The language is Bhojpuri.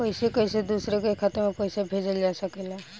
कईसे कईसे दूसरे के खाता में पईसा भेजल जा सकेला?